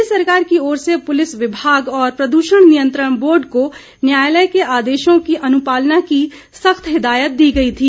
प्रदेश सरकार की ओर से पूलिस विभाग और प्रदूषण नियंत्रण बोर्ड को न्यायालय के आदेशों की अनुपालना की सख्त हिदायत दी गई थी